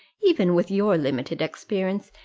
even with your limited experience,